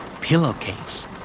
Pillowcase